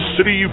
City